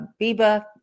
Biba